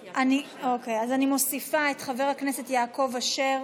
אוקיי, אז אני מוסיפה את חבר הכנסת יעקב אשר,